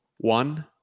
One